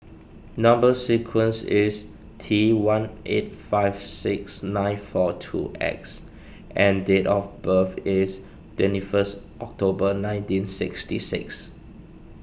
Number Sequence is T one eight five six nine four two X and date of birth is twenty first October nineteen sixty six